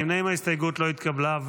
ההסתייגות לא התקבלה.